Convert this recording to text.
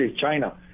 China